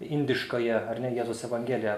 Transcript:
indiškąją ar ne jėzaus evangeliją